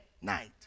night